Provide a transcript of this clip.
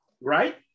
right